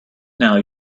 now